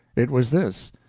it was this.